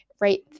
right